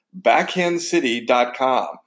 Backhandcity.com